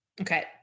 Okay